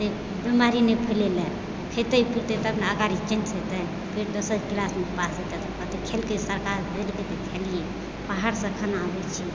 बीमारी नहि फैलले खेतै पितै तब ने अगाड़ी चांस हेतै जे दोसर क्लासमे पास हेतै कहतै खेलकै सरकार देलकै तऽ खेलियै बाहरसँ खाना अबै छै